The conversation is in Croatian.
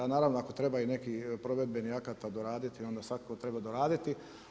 Ali naravno ako treba i nekih provedbenih akata doraditi onda svakako treba doraditi.